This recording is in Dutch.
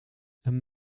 een